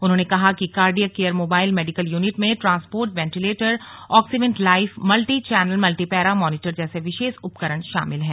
उन्होंने कहा कि cardiac care mobile medical unit में ट्रांसपोर्ट वेंटीलेटर ऑक्सीविंट life multi channel multipara monitor जैसे विशेष उपकरण शामिल हैं